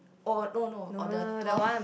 oh no no or the twelve